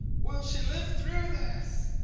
will she live through this?